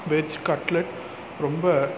veg cutlet ரொம்ப